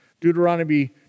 Deuteronomy